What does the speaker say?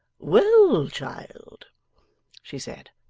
well, child she said,